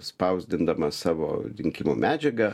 spausdindamas savo rinkimų medžiagą